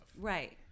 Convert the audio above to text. Right